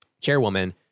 chairwoman